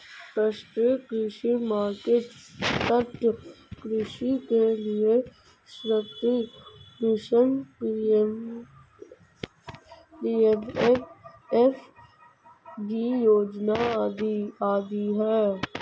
राष्ट्रीय कृषि मार्केट, सतत् कृषि के लिए राष्ट्रीय मिशन, पी.एम.एफ.बी योजना आदि है